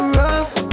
rough